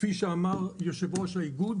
כפי שאמר יושב-ראש האיגוד,